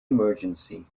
emergency